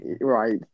right